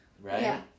right